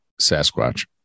Sasquatch